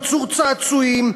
ייצור צעצועים,